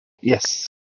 Yes